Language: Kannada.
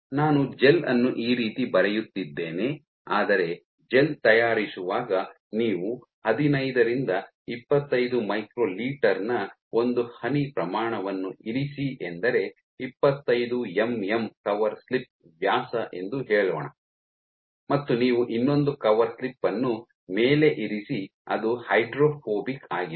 ನಾನು ಜೆಲ್ ಅನ್ನು ಈ ರೀತಿ ಬರೆಯುತ್ತಿದ್ದೇನೆ ಆದರೆ ಜೆಲ್ ತಯಾರಿಸುವಾಗ ನೀವು ಹದಿನೈದರಿಂದ ಇಪ್ಪತ್ತೈದು ಮೈಕ್ರೊಲೀಟರ್ ನ ಒಂದು ಹನಿ ಪ್ರಮಾಣವನ್ನು ಇರಿಸಿ ಎಂದರೆ ಇಪ್ಪತ್ತೈದು ಎಂಎಂ ಕವರ್ ಸ್ಲಿಪ್ ವ್ಯಾಸ ಎಂದು ಹೇಳೋಣ ಮತ್ತು ನೀವು ಇನ್ನೊಂದು ಕವರ್ ಸ್ಲಿಪ್ ಅನ್ನು ಮೇಲೆ ಇರಿಸಿ ಅದು ಹೈಡ್ರೋಫೋಬಿಕ್ ಆಗಿದೆ